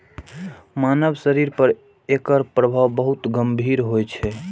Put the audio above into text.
मानव शरीर पर एकर प्रभाव बहुत गंभीर होइ छै